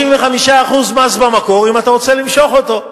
35% מס במקור אם אתה רוצה למשוך אותו.